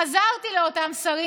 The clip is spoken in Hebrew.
חזרתי לאותם שרים,